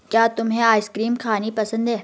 क्या तुमको आइसक्रीम खानी पसंद है?